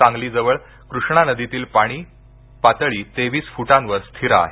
सांगली जवळ कृष्णा नदीतील पाणी पातळी तेवीस फुटावर स्थिर आहे